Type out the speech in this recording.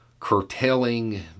curtailing